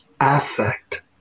affect